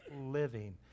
living